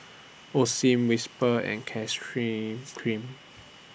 Osim Whisper and Kreme